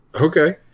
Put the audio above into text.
Okay